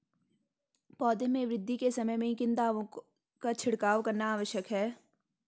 पौधों में वृद्धि के समय हमें किन दावों का छिड़काव करना चाहिए?